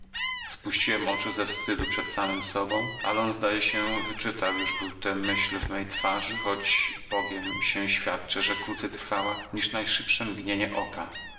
spuściłem oczy ze wstydu przed samym sobą ale on zdaje się wyczytał już był te myśl w mej twarzy choć bogiem się świadczę że krócej trwała niż najszybsze mgnienie oka